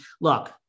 look